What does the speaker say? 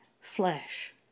flesh